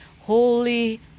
Holy